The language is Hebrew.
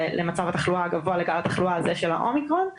למצב התחלואה הגבוה לעיקר התחלואה של האומיקרון.